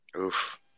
Oof